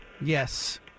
Yes